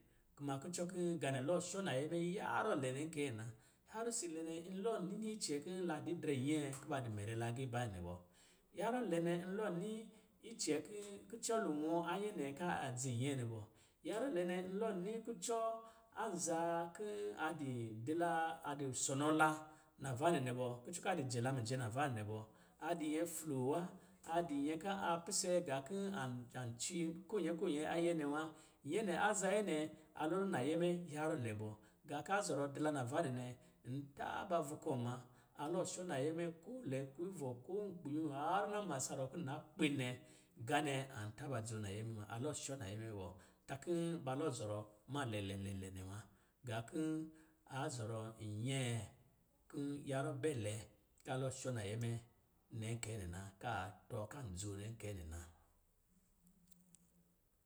Ma kucɔ kɔ̄ gaanɛ lɔ shɔ nayɛ mɛ yarrɔ lɛ nɛ kɛɛ na. Harrɔ si lɛ nɛ, n lɔ nini icɛ kɔ̄ la didrɛ nyɛɛ kuba di mɛrɛ la agiibanɛ bɔ. Harrɔ lɛ nɛ n lɔ ni icɛ kii kucɔ luwɔ a nyɛ nɛ ka dzi nyɛɛ nɛ bø. Yarrɔ lɛ nɛ nlɔ ni kucɔ anza kii a di dilaa, a di sonɔ la naavanɛ nɛ bɔ, kucɔ ka a dijɛ la mijɛ navaanɛ bɔ. A di nyɛ floo wa, a di nyɛ ka a pise gā kɔ̄ an an ci ko nyɛ ko nyɛ ayɛ nɛ wa. Nyɛ nɛ, aza nyɛ nɛ, a lɔlɔ nayɛ mɛ yarrɔ lɛ bɔ. Gā ka zɔrɔ di la naavanɛ nɛ, n taaba vukɔm ma, a lɔ shɔ nayɛ mɛ ko lɛ ko ivɔ̄ ko nkpiyōō harrɔ na ma sa ruwɔ̄ kɔ̄ na kpin nɛ, gā nɛ an taba dzoo nayɛ mɛ ma, a lɔ shɔ nayɛ mɛ bɔ. Ta kɔ̄ ba yɔ zɔrɔ ma lɛ lɛ lɛ lɛ nɛ wa. Gā kɔ̄ a zɔrɔ nyɛɛ kɔ̄ yarrɔ bɛ lɛ, ka lɔ shɔ nayɛ mɛ nɛ kɛ nɛ na, ka tɔɔ kan dzoo nɛ kɛ nɛ na.